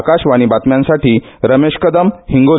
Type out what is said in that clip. आकाशवाणी बातम्यासाठी रमेश कदम हिंगोली